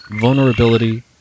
vulnerability